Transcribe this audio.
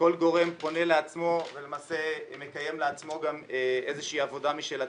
כל גורם פונה לעצמו ולמעשה מקיים לעצמו גם איזושהי עבודה משל עצמו,